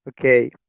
Okay